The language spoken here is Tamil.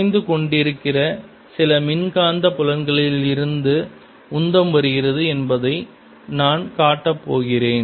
குறைந்து கொண்டிருக்கின்ற சில மின்காந்த புலன்களில் இருந்து உந்தம் வருகிறது என்பதை நான் காட்டப் போகிறேன்